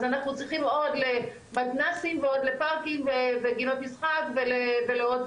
אז אנחנו צריכים עוד למתנ"סים ועוד לפארקים וגינות משחק ולעוד,